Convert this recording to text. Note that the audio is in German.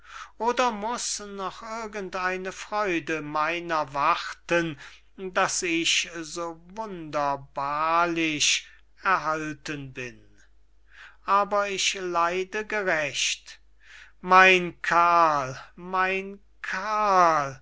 oder muß noch irgend eine freude meiner warten daß ich so wunderbarlich erhalten bin aber ich leide gerecht mein karl mein karl